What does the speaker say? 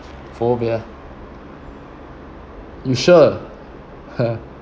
phobia you sure